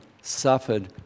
suffered